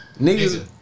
Niggas